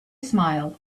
smiled